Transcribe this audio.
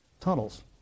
tunnels